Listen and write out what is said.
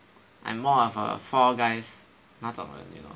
I'm more of a Fall Guys 那种 you know